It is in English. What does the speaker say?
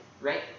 right